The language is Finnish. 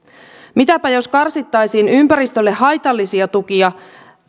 mitäpä jos karsittaisiin ympäristölle haitallisia tukia